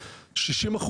60%,